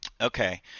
okay